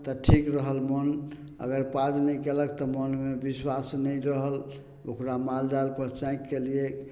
तऽ ठीक रहल मोन अगर पाज नहि कयलक तऽ मोनमे विश्वास नहि रहल ओकरा माल जालपर चाँइक कयलियै